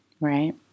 right